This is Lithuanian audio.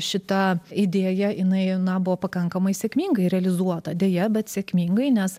šita idėja jinai na buvo pakankamai sėkmingai realizuota deja bet sėkmingai nes